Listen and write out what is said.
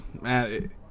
man